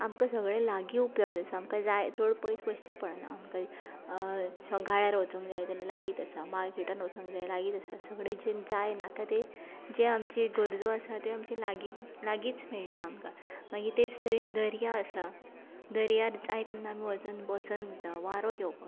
आमकां सगळें लागीं उपलब्द आसा आमकां जाय चड पयस वच्चें पडना आमकां स गाड्यार वचूंक जाय जाल्यार लागींत आसा मार्केटांत वचूंक जाय लागींत आसा सगळें जें जाय नाका तें जें आमची गरजो आसा तें आमचें लागीं लागींच मेळटा आमकां मागीर तेच तरेन दर्या आसा दर्यार जाय तेन्ना आमी वचून बसूंक जाता वारो घेवपाक जाता